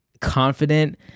confident